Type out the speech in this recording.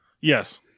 Yes